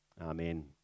Amen